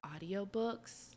audiobooks